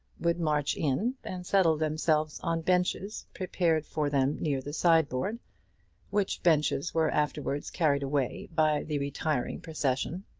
would march in, and settle themselves on benches prepared for them near the side-board which benches were afterwards carried away by the retiring procession.